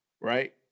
right